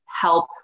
help